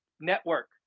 network